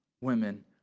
women